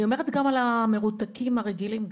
אני אומרת על המרותקים הרגילים גם.